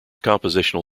compositional